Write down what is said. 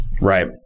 Right